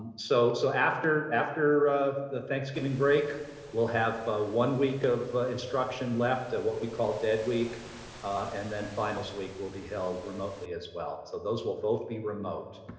so so after after the thanksgiving break we'll have ah one week of instruction left of what we call dead week and then finals week will be held remotely as well. so those will both be remote.